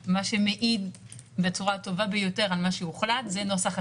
או לא, וגם את החופשות ואת הלו"ז.